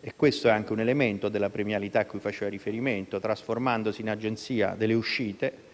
- e questo è un elemento della premialità a cui faceva riferimento - trasformandosi in agenzia delle uscite,